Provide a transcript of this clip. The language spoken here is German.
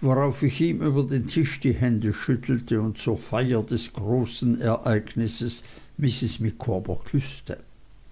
worauf ich ihm über den tisch die hände schüttelte und zur feier des großen ereignisses mrs micawber küßte